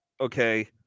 okay